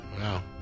Wow